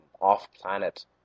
off-planet